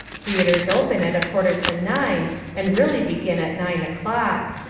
theatres open at a quarter to nine and really begin at nine o'clock.